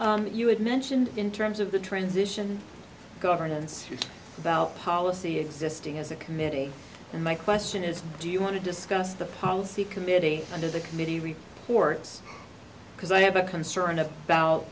no you had mentioned in terms of the transition governance about policy existing as a committee and my question is do you want to discuss the policy committee under the committee reports because i have a concern about